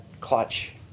clutch